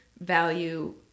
value